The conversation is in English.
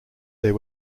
there